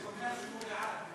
זה אומר שהוא בעד.